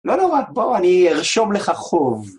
לא נורא, בוא, אני ארשום לך חוב.